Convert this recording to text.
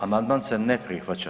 Amandman se ne prihvaća.